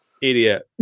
idiot